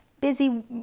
busy